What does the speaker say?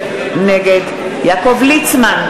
נגד יעקב ליצמן,